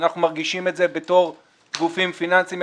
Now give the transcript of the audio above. אנחנו מרגישים את זה בתור גופים פיננסיים,